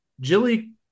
Jilly